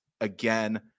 again